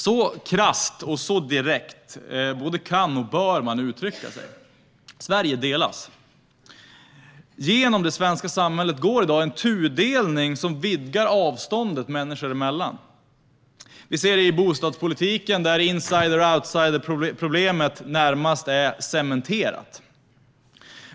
Så krasst och direkt både kan och bör man uttrycka sig. Sverige delas. I det svenska samhället finns i dag en tudelning som vidgar avståndet människor emellan. Vi ser det i bostadspolitiken, där insider och outsiderproblemet är närmast cementerat.